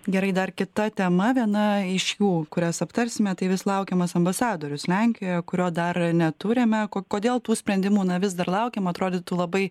gerai dar kita tema viena iš jų kurias aptarsime tai vis laukiamas ambasadorius lenkijoje kurio dar neturime ko kodėl tų sprendimų na vis dar laukiam atrodytų labai